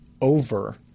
over